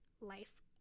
life